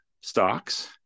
stocks